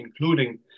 including